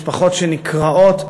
יש מחזות של משפחות שנקרעות.